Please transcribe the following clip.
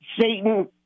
Satan